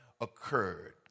occurred